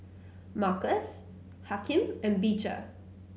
Markus Hakim and Beecher